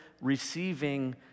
receiving